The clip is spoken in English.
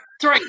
Three